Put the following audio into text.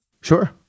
Sure